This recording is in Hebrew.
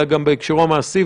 אלא גם בהקשרו המעשי.